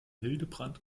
hildebrand